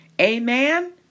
Amen